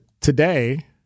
today